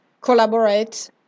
collaborate